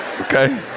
Okay